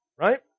Right